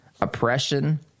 oppression